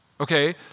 Okay